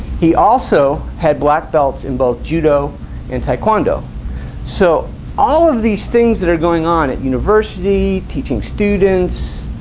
he also had black belts in both judo and taekwondo so all of these things that are going on at university, teaching students,